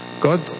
God